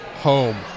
home